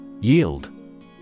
Yield